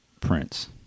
Prince